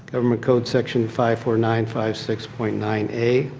government code section five four nine five six point nine a.